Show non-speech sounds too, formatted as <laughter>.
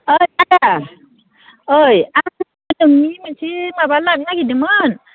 <unintelligible> ओइ आं नोंनि मोनसे माबा लानो नागिरदोंमोन